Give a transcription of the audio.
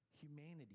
humanity